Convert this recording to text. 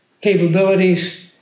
capabilities